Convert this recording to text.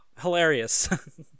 Hilarious